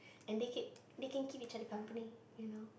and they keep they can keep each other company you know